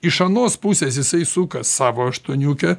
iš anos pusės jisai suka savo aštuoniukę